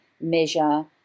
measure